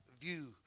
view